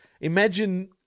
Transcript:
Imagine